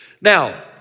Now